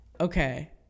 Okay